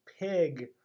pig